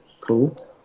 cool